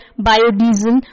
biodiesel